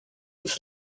its